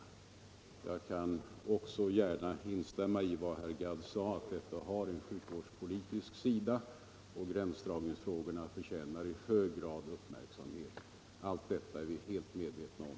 Likaså kan jag instämma i vad herr Gadd sade om att detta ärende har en sjukvårdspolitisk sida och att gränsdragningsfrågorna förtjänar uppmärksamhet i hög grad. Allt detta är vi klart medvetna om.